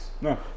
No